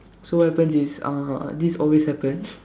so what happen is uh this always happen